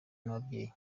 n’ababyeyi